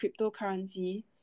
cryptocurrency